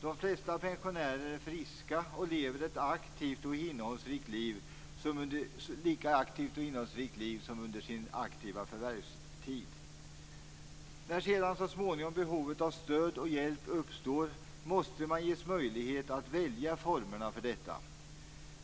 De flesta pensionärer är friska och lever ett lika aktivt och innehållsrikt liv som under sin förvärsaktiva tid. När sedan så småningom behovet av stöd och hjälp uppstår måste man ges möjlighet att välja formerna för detta.